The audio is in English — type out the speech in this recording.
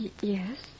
Yes